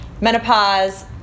menopause